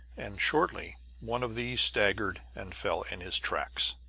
and shortly one of these staggered and fell in his tracks.